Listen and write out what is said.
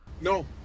No